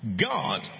God